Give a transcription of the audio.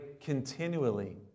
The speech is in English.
continually